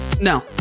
No